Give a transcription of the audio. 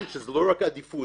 זו לא רק עדיפות,